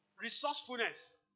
resourcefulness